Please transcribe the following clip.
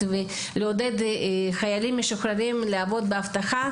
ועידוד חיילים משוחררים לעבוד באבטחה,